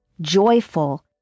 joyful